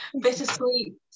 bittersweet